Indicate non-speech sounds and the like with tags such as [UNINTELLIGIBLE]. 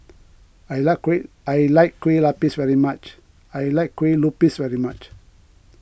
I like Kue I like Kue [UNINTELLIGIBLE] very much I like Kue Lupis very much